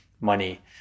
money